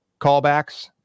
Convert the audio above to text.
callbacks